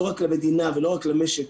לא רק למדינה ולא רק למשק,